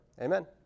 Amen